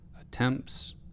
attempts